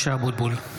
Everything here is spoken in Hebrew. (קורא בשמות חברי הכנסת) משה אבוטבול,